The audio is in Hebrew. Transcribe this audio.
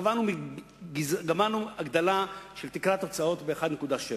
קבענו הגדלה של תקרת הוצאות ב-1.7